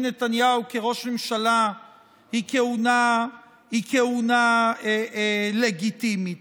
נתניהו כראש ממשלה היא כהונה לגיטימית.